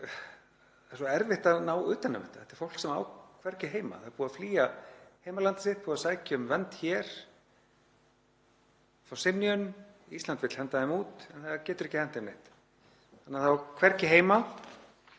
Það er dálítið erfitt að ná utan um þetta. Þetta er fólk sem á hvergi heima, það er búið að flýja heimaland sitt og sækja um vernd hér, fá synjun, Ísland vill henda því út en það getur ekki hent því neitt. Það á því hvergi heima,